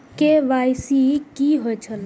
KYC कि होई छल?